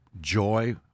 joy